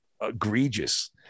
egregious